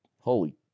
holy